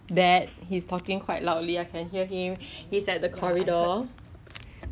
一个 chance to actually 学 baking